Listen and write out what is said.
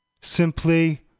simply